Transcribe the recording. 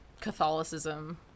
Catholicism